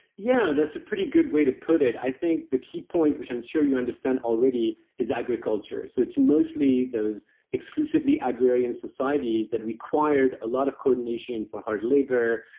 yeah, that's a pretty good way to put it. i think the key point, which i'm sure you can understand already, is agriculture. so it's mostly those exclusively agrarian societies that required a lot of coordination for hard labor,